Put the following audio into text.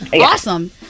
Awesome